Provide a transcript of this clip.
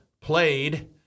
played –